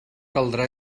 caldrà